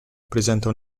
presenta